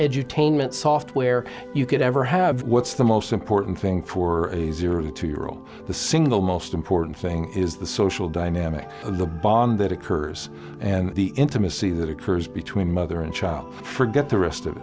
edutainment software you could ever have what's the most important thing for you to your room the single most important thing is the social dynamic of the bond that occurs and the intimacy that occurs between there in child forget the rest of